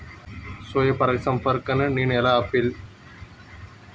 స్వీయ పరాగసంపర్కాన్ని నేను ఎలా ఆపిల్?